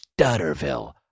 Stutterville